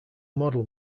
model